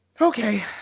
okay